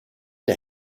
der